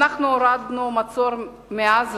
אנחנו הורדנו את המצור מעזה,